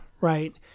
Right